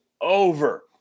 over